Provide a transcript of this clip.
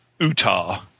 Utah